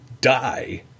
die